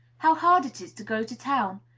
how hard it is to go to town!